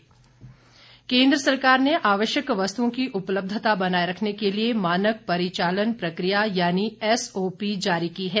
गृह मंत्रालय केन्द्र सरकार ने आवश्यक वस्तुओं की उपलब्धता बनाए रखने के लिए मानक परिचालन प्रक्रिया यानी एसओपी जारी की है